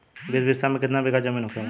बीस बिस्सा में कितना बिघा जमीन होखेला?